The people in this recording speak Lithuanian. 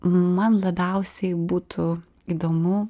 man labiausiai būtų įdomu